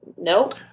Nope